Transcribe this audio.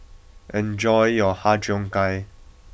enjoy your har Cheong Gai